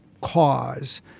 cause